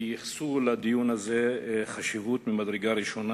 כי ייחסו לדיון הזה חשיבות ממדרגה ראשונה.